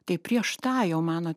tai prieš tą jau mano